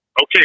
Okay